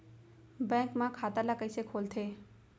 Bank म खाता ल कइसे खोलथे?